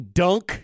dunk